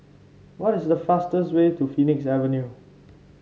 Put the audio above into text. what is the fastest way to Phoenix Avenue